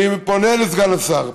אני פונה לסגן השר,